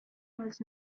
was